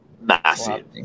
massive